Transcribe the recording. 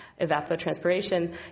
evapotranspiration